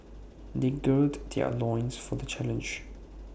they gird their loins for the challenge